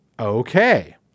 Okay